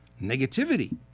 negativity